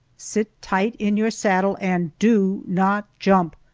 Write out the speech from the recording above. sit tight in your saddle and do not jump!